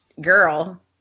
girl